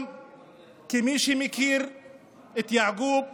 גם כמי שמכיר את יעקוב כמורה,